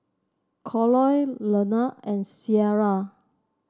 Colie Leonore and Ciera